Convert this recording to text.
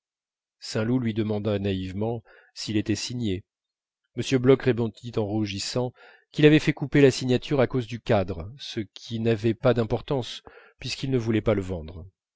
saint loup lui demanda naïvement s'il était signé m bloch répondit en rougissant qu'il avait fait couper la signature à cause du cadre ce qui n'avait pas d'importance puisqu'il ne voulait pas le vendre